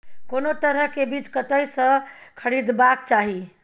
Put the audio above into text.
कोनो तरह के बीज कतय स खरीदबाक चाही?